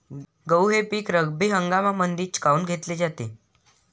गहू हे पिक रब्बी हंगामामंदीच काऊन घेतले जाते?